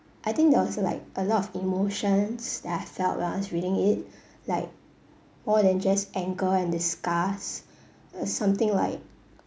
I think there was like a lot of emotions that I felt when I was reading it like more than just anger and disgust uh something like